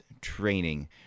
Training